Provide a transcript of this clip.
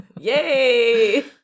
Yay